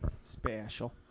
special